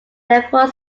therefore